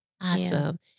awesome